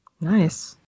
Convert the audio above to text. nice